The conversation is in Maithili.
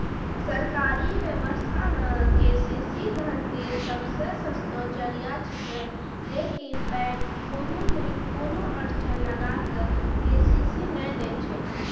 सरकारी व्यवस्था मे के.सी.सी धन के सबसे सस्तो जरिया छिकैय लेकिन बैंक कोनो नैय कोनो अड़चन लगा के के.सी.सी नैय दैय छैय?